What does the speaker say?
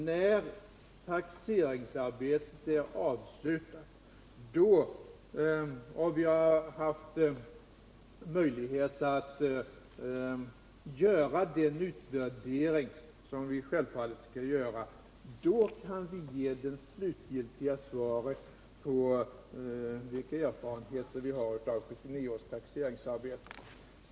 När taxeringsarbetet är avslutat och vi har haft möjligheter att göra den utvärdering som vi självfallet skall göra, då kan vi ge det slutgiltiga svaret på frågan vilka erfarenheter vi har av 1979 års taxeringsarbete.